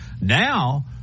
now